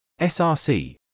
src